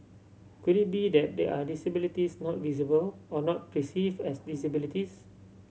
could it be that there are disabilities not visible or not perceive as disabilities